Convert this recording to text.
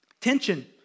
tension